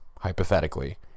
hypothetically